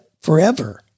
forever